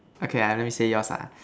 okay I let me say yours ah